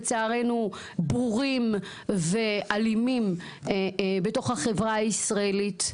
לצערנו בורים ואלימים בתוך החברה הישראלית.